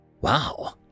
Wow